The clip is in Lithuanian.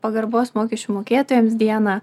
pagarbos mokesčių mokėtojams dieną